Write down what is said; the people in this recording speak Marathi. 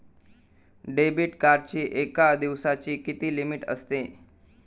डेबिट कार्डची एका दिवसाची किती लिमिट असते?